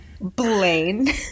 Blaine